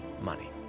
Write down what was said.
money